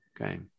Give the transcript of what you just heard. Okay